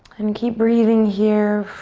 and keep breathing here.